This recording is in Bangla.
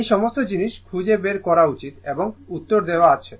এই সমস্ত জিনিস খুঁজে বের করা উচিত এবং উত্তর দেওয়া আছে